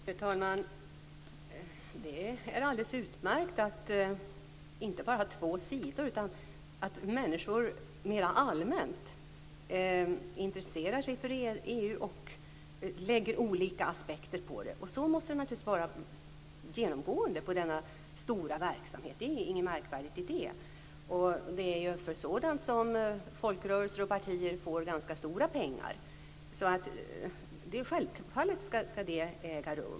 Fru talman! Det är alldeles utmärkt att inte bara två sidor utan att människor mera allmänt intresserar sig för EU och lägger olika aspekter på det. Så måste det naturligtvis vara genomgående i denna stora verksamhet. Det är ingenting märkvärdigt i det. Det är för sådant som folkrörelser och partier får ganska stora pengar. Självfallet skall det äga rum.